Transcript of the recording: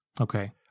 Okay